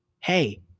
Hey